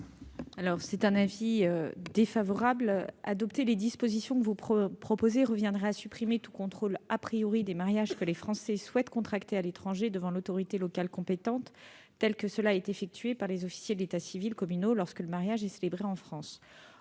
émet un avis défavorable. Adopter les dispositions que vous proposez reviendrait à supprimer tout contrôle des mariages que les Français souhaitent contracter à l'étranger devant l'autorité locale compétente, tel que cela est effectué par les officiers d'état civil communaux lorsque le mariage est célébré en France.